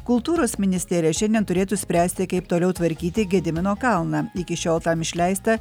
kultūros ministerija šiandien turėtų spręsti kaip toliau tvarkyti gedimino kalną iki šiol tam išleista